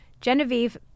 Genevieve